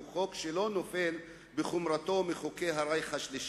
הוא חוק שלא נופל בחומרתו מחוקי הרייך השלישי.